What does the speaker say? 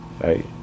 right